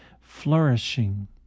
flourishing